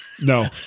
No